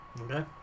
Okay